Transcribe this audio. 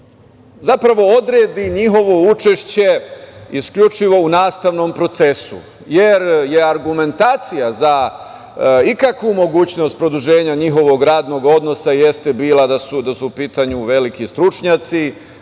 način odredi njihovo učešće isključivo u nastavnom procesu, jer argumentacija za ikakvu mogućnost produženja njihovog radnog odnosa jeste bila da su u pitanju veliki stručnjaci,